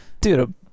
Dude